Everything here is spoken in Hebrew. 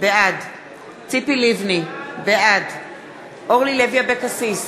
בעד ציפי לבני, בעד אורלי לוי אבקסיס,